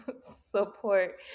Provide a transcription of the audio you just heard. support